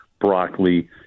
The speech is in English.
broccoli